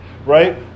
Right